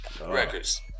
records